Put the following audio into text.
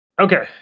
okay